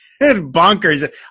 bonkers